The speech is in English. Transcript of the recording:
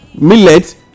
millet